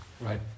right